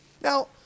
Now